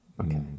Okay